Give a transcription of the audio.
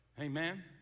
Amen